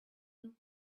you